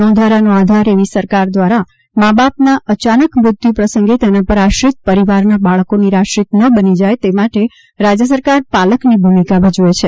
નોંધારાનો આધાર એવી સરકાર દ્વારા મા બાપના અચાનક મૃત્યુ પ્રસંગે તેના પર આશ્રિત પરિવારના બાળકો નિરાશ્રિત ન બની જાય તે માટે રાજ્ય સરકાર પાલકની ભૂમિકા ભજવે છે